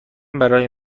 برای